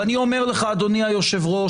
ואני אומר לך אדוני היושב-ראש,